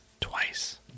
Twice